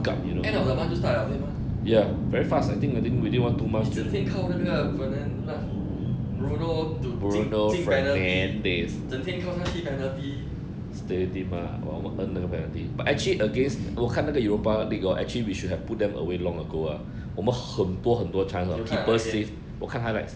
end of the month 就 start liao 对 mah 你整天靠那个 vernon pl~ bruno to 进进 penalty 整天靠下去 penalty 你有看那个 game